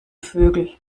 vögel